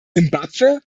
simbabwe